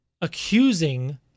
accusing